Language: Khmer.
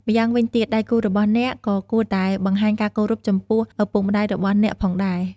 ម្យ៉ាងវិញទៀត ដៃគូរបស់អ្នកក៏គួរតែបង្ហាញការគោរពចំពោះឪពុកម្ដាយរបស់អ្នកផងដែរ។